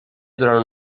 durant